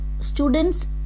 students